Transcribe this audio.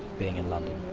being in london,